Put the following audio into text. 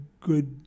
good